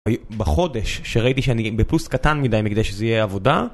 בחודש שראיתי שאני בפלוס קטן מדי מכדי שזה יהיה עבודה